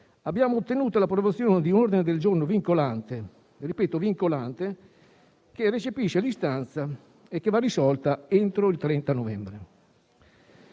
abbiamo ottenuto l'approvazione di un ordine del giorno vincolante - lo ripeto: vincolante - che recepisce tale istanza, che va risolta entro il 30 novembre.